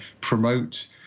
promote